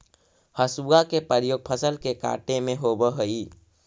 हसुआ के प्रयोग फसल के काटे में होवऽ हई